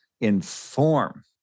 inform